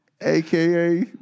AKA